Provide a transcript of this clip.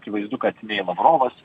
akivaizdu kad nei lavrovas